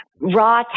Raw